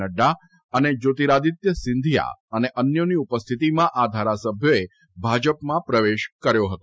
નઙા અને જ્યોતિરાદિત્ય સિંધિયા અને અન્યોની ઉપસ્થિતિમાં આ ધારાસભ્યોએ ભાજપમાં પ્રવેશ કર્યો હતો